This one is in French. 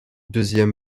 deuxième